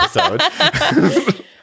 episode